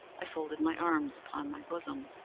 i folded my arms upon my bosom,